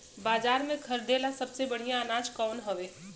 बाजार में खरदे ला सबसे बढ़ियां अनाज कवन हवे?